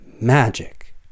magic